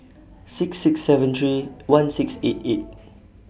six six seven three one six eight eight